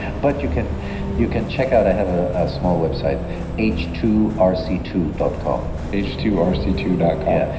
but you can you can check out, i have a ah small website h two r c two dot com h two r c two dot com yeah.